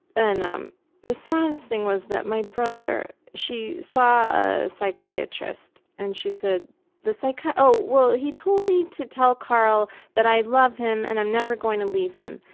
and um the saddest thing was that my brother, she saw a psychiatrist and she said the psychiatrist, so like ah oh well, he told me to tell carl that i love him and i'm never going to leave him.